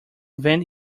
invent